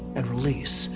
and release.